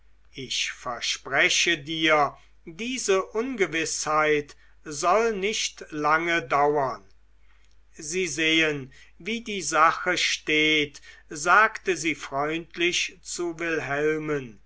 ich verspreche dir diese ungewißheit soll nicht lange dauern sie sehen wie die sache steht sagte sie freundlich zu wilhelmen